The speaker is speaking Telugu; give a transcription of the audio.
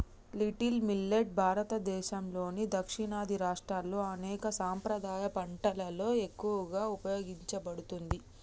లిటిల్ మిల్లెట్ భారతదేసంలోని దక్షిణాది రాష్ట్రాల్లో అనేక సాంప్రదాయ పంటలలో ఎక్కువగా ఉపయోగించబడుతుంది